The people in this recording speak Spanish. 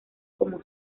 como